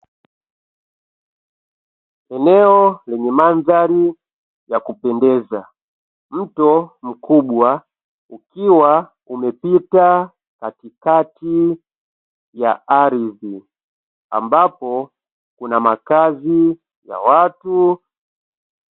Eneo lenye mandhari ya kupendeza, mto mkubwa ukiwa umepita katikati ya ardhi ambapo kuna makazi ya watu.